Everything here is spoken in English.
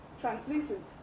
translucent